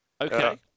Okay